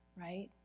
right